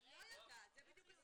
היא לא יודעת, זה בדיוק הסיפור.